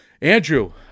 Andrew